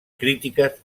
crítiques